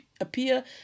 appear